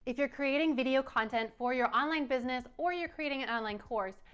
if you're creating video content for your online business or you're creating an online course,